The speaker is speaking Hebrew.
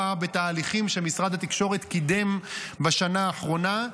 בתהליכים שמשרד התקשורת קידם בשנה האחרונה,